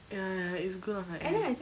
ya ya it's good on her end